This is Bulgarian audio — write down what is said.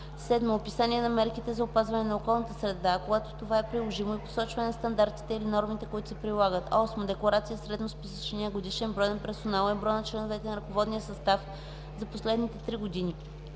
7. описание на мерките за опазване на околната среда, а когато това е приложимо – и посочване на стандартите или нормите, които се прилагат; 8. декларация за средносписъчния годишен брой на персонала и броя на членовете на ръководния състав за последните три години;